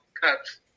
cuts